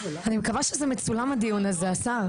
אני מקווה שזה מצולם הדיון הזה, השר.